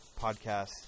podcast